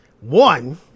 One